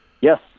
yes